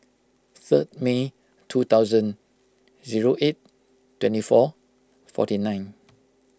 third May two thousand zero eight twenty four forty nine